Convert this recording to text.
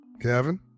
Kevin